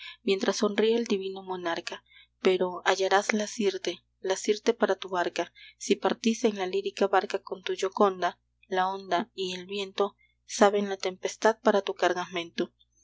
mientras sonríe el divino monarca pero hallarás la sirte la sirte para tu barca si partís en la lírica barca con tu gioconda la onda y el viento saben la tempestad para tu cargamento